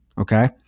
Okay